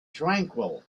tranquil